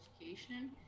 education